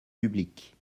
publiques